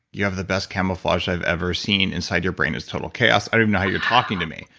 you have the best camouflage i've ever seen. inside your brain is total chaos. i don't know how you're talking to me.